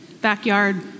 Backyard